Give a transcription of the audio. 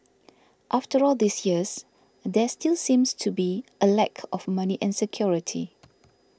after all these years there still seems to be a lack of money and security